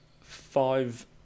five